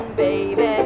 baby